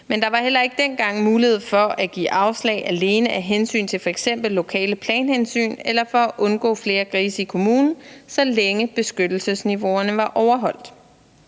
Men der var heller ikke dengang mulighed for at give afslag alene af hensyn til f.eks. lokale planhensyn eller for at undgå flere grise i kommunen, så længe beskyttelsesniveauerne var overholdt.